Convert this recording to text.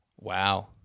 Wow